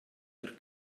per